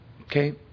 Okay